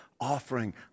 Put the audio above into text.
offering